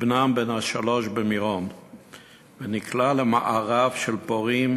לבנם בן השלוש במירון ונקלע למארב של פורעים